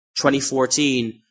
2014